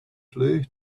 flue